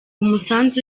umusanzu